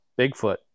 Bigfoot